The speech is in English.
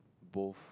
both